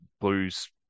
blues